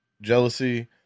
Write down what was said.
Jealousy